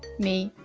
me,